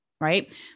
Right